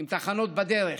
עם תחנות בדרך,